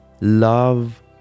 love